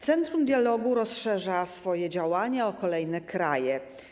Centrum dialogu rozszerza swoje działania o kolejne kraje.